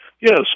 yes